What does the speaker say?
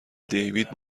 دیوید